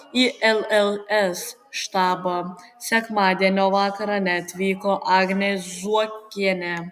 į lls štabą sekmadienio vakarą neatvyko agnė zuokienė